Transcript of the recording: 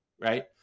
right